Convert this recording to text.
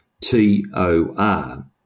T-O-R